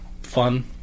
fun